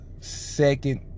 second